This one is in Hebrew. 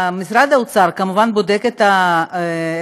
משרד האוצר כמובן בודק את השאלונים,